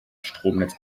stromnetz